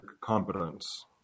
competence